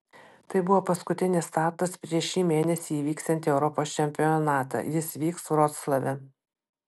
tai buvo paskutinis startas prieš šį mėnesį įvyksiantį europos čempionatą jis vyks vroclave